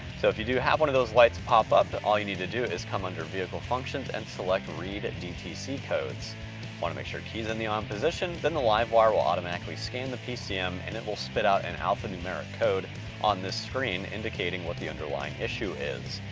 so if you do have one of those lights pop up, all you need to do is come under vehicle functions and select read and dtc codes. you wanna make sure key's in the on position, then the livewire will automatically scan the pcm and it will spit out an alphanumeric code on this screen indicating what the underlying issue is.